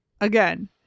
again